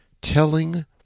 telling